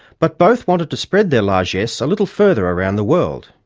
but both wanted to spread their largess a little further around the world.